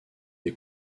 des